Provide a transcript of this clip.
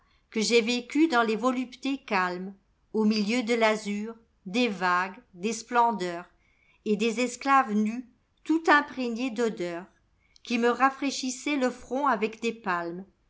que j'ai vécu dans les voluptés calmes au milieu de l'azur des vagues des splendeurset des esclaves nus tout imprégnés d'odeurs qui me rafraîchissaient le front avec des palmes